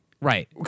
Right